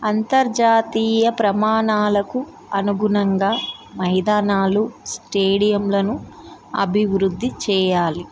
అంతర్జాతీయ ప్రమాణాలకు అనుగుణంగా మైదానాలు స్టేడియంలను అభివృద్ధి చేయాలి